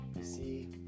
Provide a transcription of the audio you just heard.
see